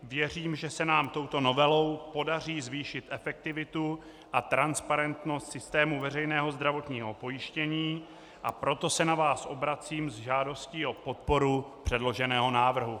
Věřím, že se nám touto novelou podaří zvýšit efektivitu a transparentnost systému veřejného zdravotního pojištění, a proto se na vás obracím s žádostí o podporu předloženého návrhu.